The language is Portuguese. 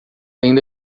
ainda